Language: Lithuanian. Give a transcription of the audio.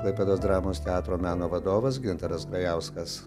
klaipėdos dramos teatro meno vadovas gintaras grajauskas